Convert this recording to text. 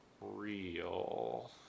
real